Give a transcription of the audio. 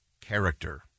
character